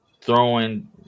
throwing